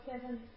seven